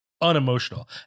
unemotional